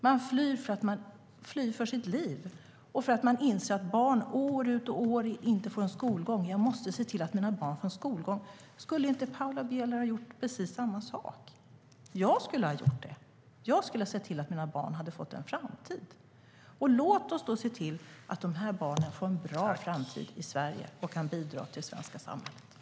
De flyr för sina liv och för att de inser att barnen år ut och år in inte får en skolgång - de måste se till att deras barn får en skolgång. Skulle inte Paula Bieler ha gjort precis samma sak? Jag skulle ha gjort det. Jag skulle ha sett till att mina barn fick en framtid. Låt oss se till att barnen får en bra framtid i Sverige och kan bidra till det svenska samhället.